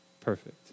Perfect